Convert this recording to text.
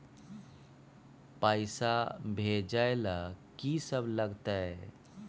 पैसा भेजै ल की सब लगतै?